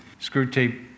Screwtape